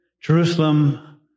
Jerusalem